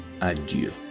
adieu